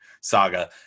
saga